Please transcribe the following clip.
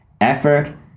effort